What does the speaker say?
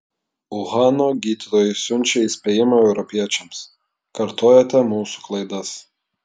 uhano gydytojai siunčia įspėjimą europiečiams kartojate mūsų klaidas